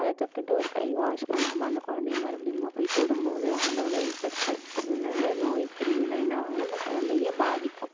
அத தொட்டுவிட்டு ஒரு கை வாஷ் பண்ணாமல் அந்த குழந்தைய மறுபடியும் நம்ம போய் தொடும்போது அதில் உள்ள இன்ஃபெக்ஷன் அதில் உள்ள நோய் கிருமிலாம் என்னவாகும்னா அந்த குழந்தைய பாதிக்கும்